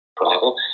travel